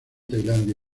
tailandia